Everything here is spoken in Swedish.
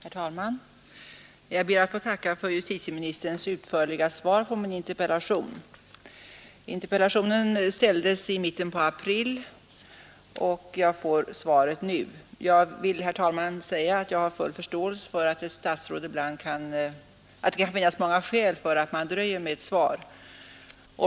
Herr talman! Jag ber att få tacka för justitieministerns utförliga svar på min interpellation. Interpellationen framställdes i mitten på april, och jag får svaret nu. Jag vill, herr talman, säga att jag har full förståelse för att det kan finnas många skäl att dröja med ett svar.